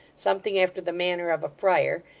something after the manner of a friar,